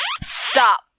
Stop